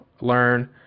learn